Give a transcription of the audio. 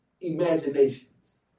imaginations